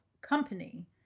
company